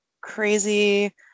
crazy